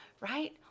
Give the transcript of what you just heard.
right